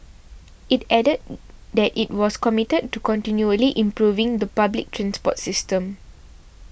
it added that it was committed to continually improving the public transport system